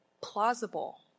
plausible